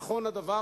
נכון הדבר.